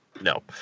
No